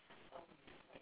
ya lor